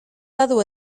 badu